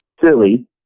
silly